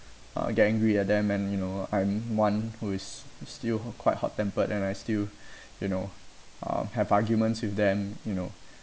uh get angry at them and you know I'm one who is still quite hot tempered and I still you know um have arguments with them you know